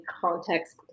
context